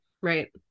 Right